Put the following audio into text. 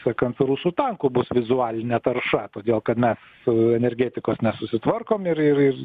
sakant su rusų tanku bus vizualinė tarša todėl kad mes su energetikos nesusitvarkom ir ir ir